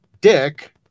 dick